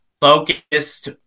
focused